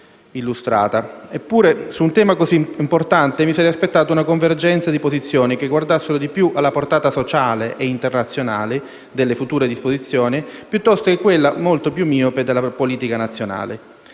Eppure, su un tema così importante mi sarei aspettato una convergenza di posizioni che guardassero di più alla portata sociale e internazionale delle future disposizioni che a quella, molto più miope, della politica nazionale.